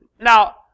Now